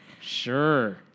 Sure